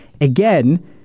again